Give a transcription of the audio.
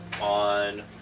On